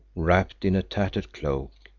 wrapped in a tattered cloak,